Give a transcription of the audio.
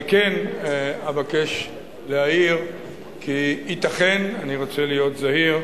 על כן אבקש להעיר כי ייתכן, אני רוצה להיות זהיר,